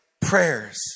prayers